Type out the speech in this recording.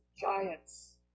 giants